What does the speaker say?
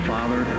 Father